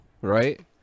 right